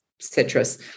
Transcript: citrus